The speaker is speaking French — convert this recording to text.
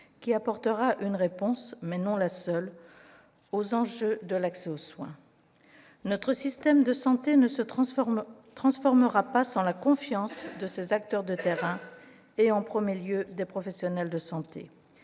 qui apportera une réponse - ce ne sera pas la seule - aux enjeux de l'accès aux soins. Notre système de santé ne se transformera pas sans la confiance de ses acteurs de terrain et, en premier lieu, des professionnels de santé.